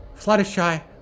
Fluttershy